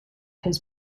his